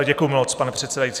Děkuji moc, pane předsedající.